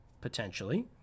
potentially